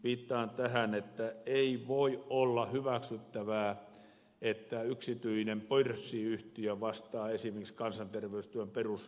viittaan tähän että ei voi olla hyväksyttävää että yksityinen pörssiyhtiö vastaa esimerkiksi kansanterveystyön peruslääkäripalveluista